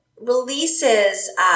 releases